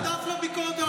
אתה שותף לביקורת על הממשלה.